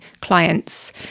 clients